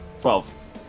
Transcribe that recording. Twelve